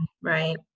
Right